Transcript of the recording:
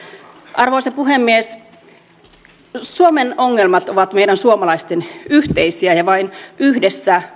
arvoisa puhemies suomen ongelmat ovat meidän suomalaisten yhteisiä ja vain yhdessä